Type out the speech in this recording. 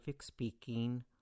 speaking